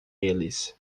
eles